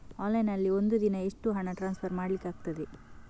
Online ನಲ್ಲಿ ಒಂದು ದಿನ ಎಷ್ಟು ಹಣ ಟ್ರಾನ್ಸ್ಫರ್ ಮಾಡ್ಲಿಕ್ಕಾಗ್ತದೆ?